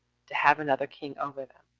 to have another king over them.